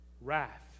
Wrath